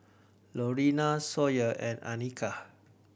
Lorena Sawyer and Annika